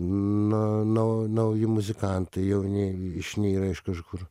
na nau nauji muzikantai jauni išnyra iš kažkur